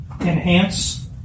Enhance